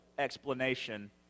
explanation